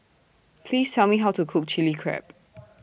Please Tell Me How to Cook Chili Crab